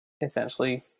essentially –